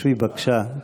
שבי בבקשה.